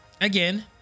again